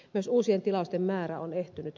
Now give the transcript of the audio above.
myös uu sien tilausten määrä on ehtynyt